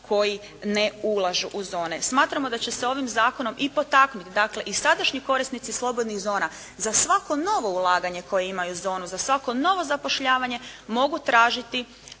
koji ne ulažu u zone. Smatramo da će se ovim zakonom i potaknuti dakle i sadašnji korisnici slobodnih zona za svako novo ulaganje koje imaju zonu, za svako novo zapošljavanje mogu tražiti